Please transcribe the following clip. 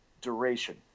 duration